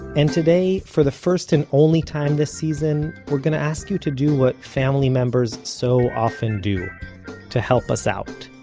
and today, for the first and only time this season, we're going to ask you to do what family members so often do to help us out.